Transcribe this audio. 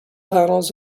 panels